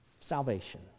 Salvation